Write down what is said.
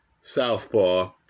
southpaw